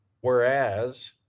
whereas